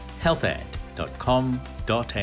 healthad.com.au